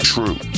True